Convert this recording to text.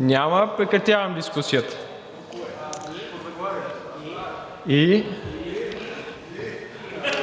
Няма. Прекратявам дискусията. И